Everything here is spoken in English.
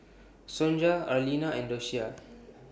Sonja Arlena and Docia